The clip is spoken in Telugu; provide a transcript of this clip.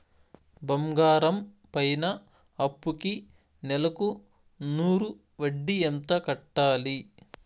బంగారం పైన అప్పుకి నెలకు నూరు వడ్డీ ఎంత కట్టాలి?